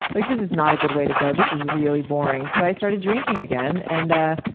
like this is not a good way to go, this is really boring. so i started drinking again, and